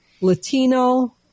Latino